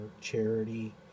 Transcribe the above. charity